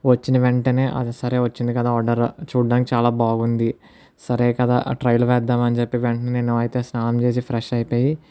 వచ్చిన వెంటనే అది సరే వచ్చింది కదా ఆర్డర్ చూడ్డానికి చాలా బాగుంది సరే కదా ట్రైల్ వేద్దాం అని చెప్పి వెంటనే నేను అయితే స్నానం చేసి ఫ్రెష్ అయిపోయి